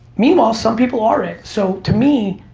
meanwhile, some people are it. so to me,